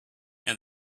and